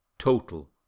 total